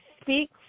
speak